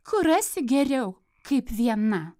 kur rasi geriau kaip viena